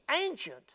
ancient